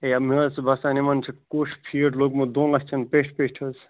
یا مےٚ حظ چھُ باسان یِمَن چھُ کوٚش فیٖڈ لوٚگمُت دۄن لَچھَن پٮ۪ٹھۍ پٮ۪ٹھۍ حظ